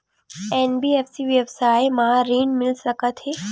NBFC व्यवसाय मा ऋण मिल सकत हे